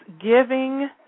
giving